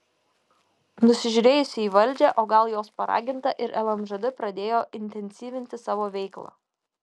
nusižiūrėjusi į valdžią o gal jos paraginta ir lmžd pradėjo intensyvinti savo veiklą